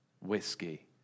whiskey